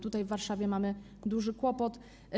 Tutaj w Warszawie mamy duży kłopot.